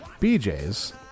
BJs